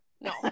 no